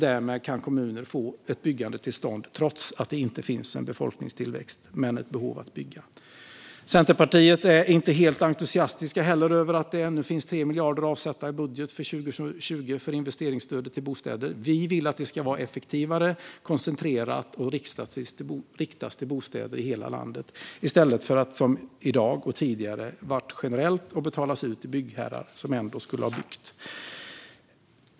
Därmed kan kommuner få ett byggande till stånd trots att det inte finns en befolkningstillväxt men ett behov att bygga. Centerpartiet är inte helt entusiastiskt över att det ännu finns 3 miljarder avsatta i budgeten för 2020 för investeringsstödet till bostäder. Vi vill att det ska vara effektivare, koncentrerat och riktas till bostäder i hela landet, i stället för att som i dag och tidigare vara generellt och betalas ut till byggherrar som ändå skulle ha byggt.